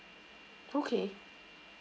okay